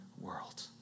world